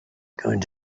going